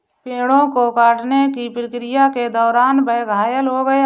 पेड़ों को काटने की प्रक्रिया के दौरान वह घायल हो गया